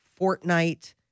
Fortnite